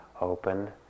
open